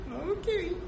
okay